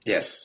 Yes